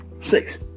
six